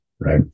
right